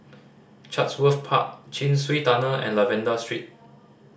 Chatsworth Park Chin Swee Tunnel and Lavender Street